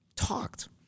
talked